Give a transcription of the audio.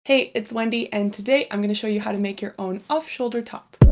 hey, it's wendy and today. i'm going to show you how to make your own off shoulder top